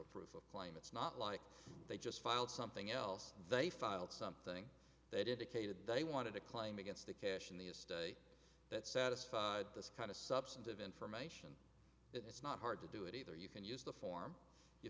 a proof of claim it's not like they just filed something else they filed something they did akkad they wanted a claim against the cash in the estate that satisfied this kind of substantive information it's not hard to do it either you can use the form you